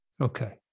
Okay